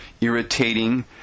irritating